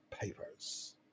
papers